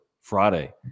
Friday